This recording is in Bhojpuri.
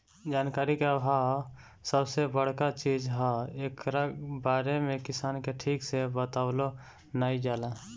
जानकारी के आभाव सबसे बड़का चीज हअ, एकरा बारे में किसान के ठीक से बतवलो नाइ जाला